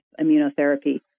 immunotherapy